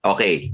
Okay